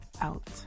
out